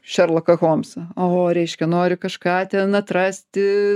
šerloką holmsą o reiškia nori kažką ten atrasti